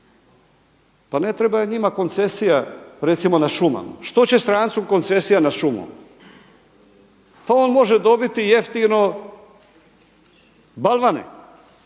Pa ne treba njima koncesija recimo na šumama. Što se strancu koncesija nad šumom? Pa on može dobiti jeftino balvane,